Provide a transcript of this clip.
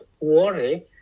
worry